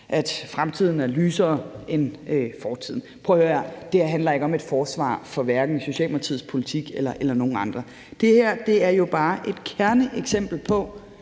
at fremtiden er lysere end fortiden. Prøv at høre her: Det her handler ikke om et forsvar for hverken Socialdemokratiets politik eller nogen andres. Det her er jo bare et kerneeksempel på,